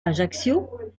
ajaccio